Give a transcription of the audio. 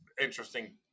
interesting